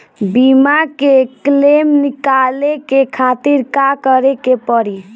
बीमा के क्लेम निकाले के खातिर का करे के पड़ी?